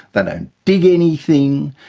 they don't dig anything,